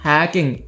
Hacking